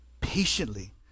patiently